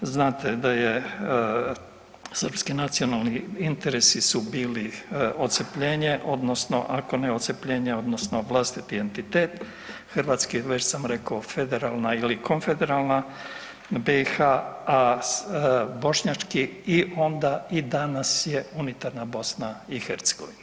Znate da je srpski nacionalni interesi su bili odcjepljenje, odnosno ako ne odcjepljenje odnosno vlastiti entitet, hrvatski već sam rekao federalna ili konfederalna BiH, a bošnjački i onda i danas je unitarna Bosna i Hercegovina.